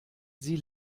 sie